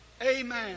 Amen